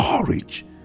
courage